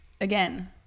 again